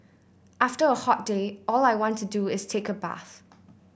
after a hot day all I want to do is take a bath